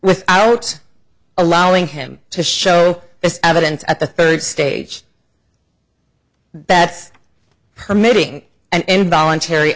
without allowing him to show his evidence at the third stage that's permitting and voluntary